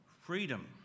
Freedom